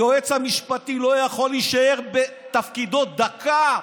היועץ המשפטי לא יכול להישאר בתפקידו דקה.